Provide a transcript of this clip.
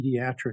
pediatric